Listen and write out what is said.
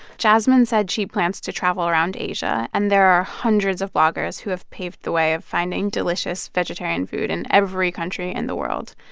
jasmine said she plans to travel around asia. and there are hundreds of bloggers who have paved the way of finding delicious vegetarian food in every country in the world.